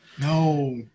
No